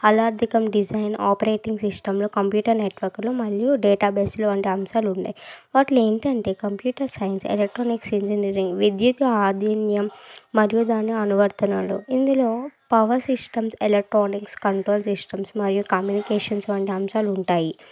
algorithm design operating సిస్టంలో computer నెట్వర్క్లు మరియు డేటా బేస్లో వంటి అంశాలు ఉన్నాయి వాటిలో ఏంటంటే కంప్యూటర్ సైన్స్ ఎలక్ట్రానిక్స్ ఇంజనీరింగ్ విద్యకు ఆదీన్యం మరియు దాని అనువర్తనాలు ఇందులో power systems electronics control systems మరియు కమ్యూనికేషన్ వంటి అంశాలు ఉంటాయి